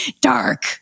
dark